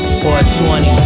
420